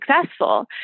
successful